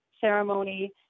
ceremony